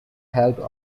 helped